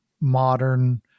modern